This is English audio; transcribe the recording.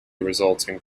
resulting